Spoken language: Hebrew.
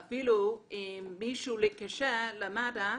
אם מישהו מתקשר למד"א